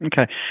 okay